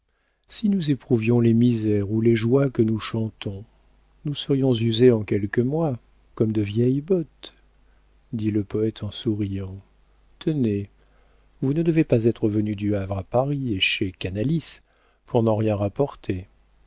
si nous éprouvions les misères ou les joies que nous chantons nous serions usés en quelques mois comme de vieilles bottes dit le poëte en souriant tenez vous ne devez pas être venu du havre à paris et chez canalis pour n'en rien rapporter